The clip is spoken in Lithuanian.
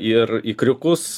ir ikriukus